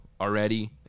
already